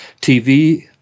TV